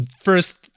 first